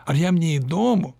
ar jam neįdomu